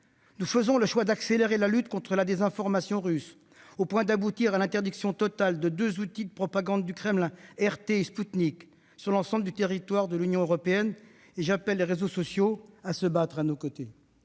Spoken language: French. Nous faisons le choix d'accélérer la lutte contre la désinformation russe, au point d'aboutir à l'interdiction totale de deux outils de propagande du Kremlin, RT et Sputnik, sur l'ensemble du territoire de l'Union européenne. J'appelle les réseaux sociaux à se battre à nos côtés.